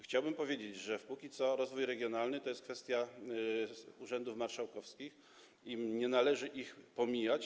Chciałbym powiedzieć, że na razie rozwój regionalny to jest kwestia urzędów marszałkowskich i nie należy ich pomijać.